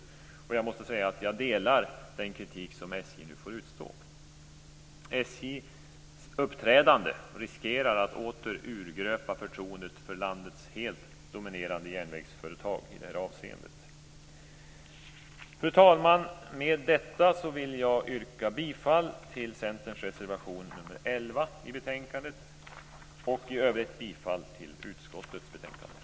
Jag instämmer i den kritiken. SJ:s uppträdande riskerar att åter urgröpa förtroendet för landets helt dominerande järnvägsföretag. Fru talman! Jag vill med detta yrka bifall till Centerns reservation nr 11 och i övrigt bifall till utskottets hemställan.